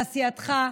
על עשייתך.